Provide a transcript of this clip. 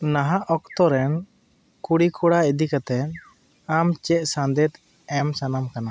ᱱᱟᱦᱟᱜ ᱚᱠᱛᱚ ᱨᱮᱱ ᱠᱩᱲᱤ ᱠᱚᱲᱟ ᱤᱫᱤ ᱠᱟᱛᱮ ᱟᱢ ᱪᱮᱫ ᱥᱟᱸᱫᱮᱥ ᱮᱢ ᱥᱟᱱᱟᱢ ᱠᱟᱱᱟ